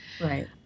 Right